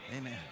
Amen